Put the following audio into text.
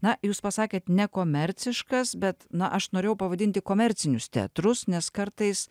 na jūs pasakėt ne komerciškas bet na aš norėjau pavadinti komercinius teatrus nes kartais